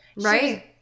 Right